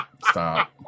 Stop